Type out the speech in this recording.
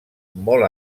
molt